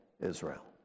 Israel